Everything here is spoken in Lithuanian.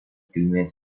kilmės